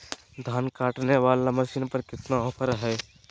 धान काटने वाला मसीन पर कितना ऑफर हाय?